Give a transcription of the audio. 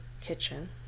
kitchen